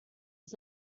was